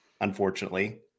unfortunately